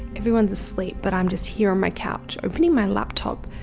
everyone's asleep, but i'm just here on my couch opening my laptop,